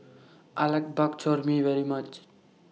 I like Bak Chor Mee very much